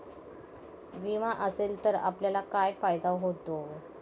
विमा असेल तर आपल्याला काय फायदा होतो?